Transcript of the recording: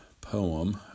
poem